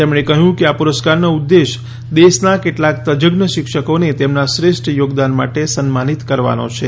તેમણે કહ્યું કે આ પુરસ્કારનો ઉદ્દેશ દેશના કેટલાક તજજ્ઞ શિક્ષકોને તેમના શ્રેષ્ઠ યોગદાન માટે સન્માનિત કરવાનો છે